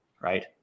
right